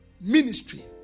ministry